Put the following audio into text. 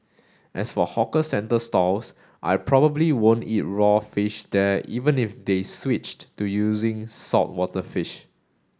as for hawker centre stalls I probably won't eat raw fish there even if they switched to using saltwater fish